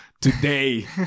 today